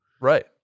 Right